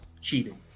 cheating